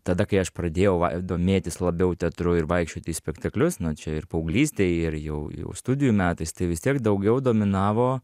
tada kai aš pradėjau domėtis labiau teatru ir vaikščioti į spektaklius na čia ir paauglystėj ir jau jau studijų metais tai vis tiek daugiau dominavo